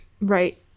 right